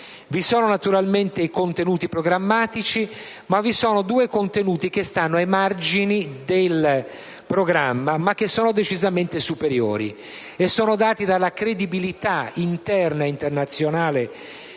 Vi sono naturalmente i contenuti programmatici, ma vi sono anche due contenuti che stanno ai margini del programma, che sono però decisamente superiori: essi sono dati dalla credibilità interna e internazionale